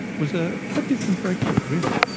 was a quite different breakthrough, really.